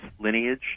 lineage